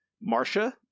marcia